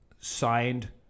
signed